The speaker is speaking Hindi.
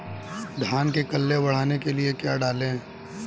धान में कल्ले बढ़ाने के लिए क्या डालें?